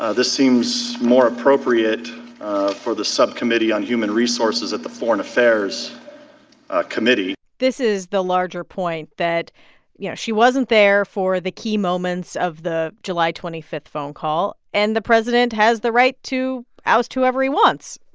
ah this seems more appropriate for the subcommittee on human resources at the foreign affairs committee this is the larger point you know she wasn't there for the key moments of the july twenty five phone call, and the president has the right to oust whoever he wants.